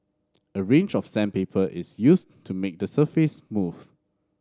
a range of sandpaper is used to make the surface smooth